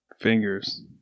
Fingers